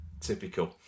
Typical